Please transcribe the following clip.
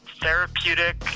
Therapeutic